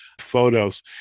photos